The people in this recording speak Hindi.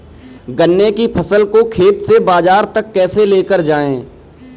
गन्ने की फसल को खेत से बाजार तक कैसे लेकर जाएँ?